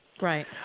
Right